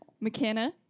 McKenna